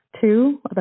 two